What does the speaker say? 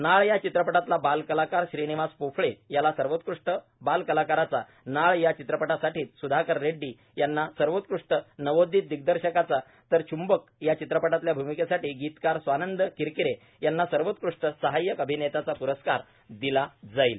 नाळ या चित्रपटातला बालकलाकार श्रीनिवास पोफळे याला सर्वोत्कष्ट बाल कलाकाराचा नाळ या चित्रपटासाठीच स्धाकर रेड्डी यांना सर्वोत्कृष्ट नवोदित दिग्दर्शकाचा तर च्ंबक या चित्रपटातल्या भूमिकेसाठी गीतकार स्वानंद किरकिरे यांना सर्वोत्कष्ट साहाय्यक अभिनेत्याचा प्रस्कार दिला जाईल